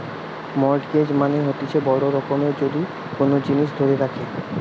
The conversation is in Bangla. মর্টগেজ মানে হতিছে বড় রকমের যদি কোন জিনিস ধরে রাখে